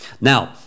Now